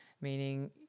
Meaning